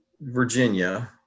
Virginia